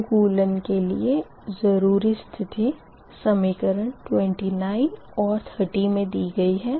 अनुकूलन के लिए ज़रूरी स्थिति समीकरण 29 और 30 मे दी गई है